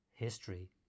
History